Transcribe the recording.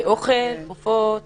אוכל, תרופות